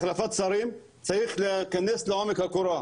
בהחלפת שרים צריך להיכנס לעומק הקורה,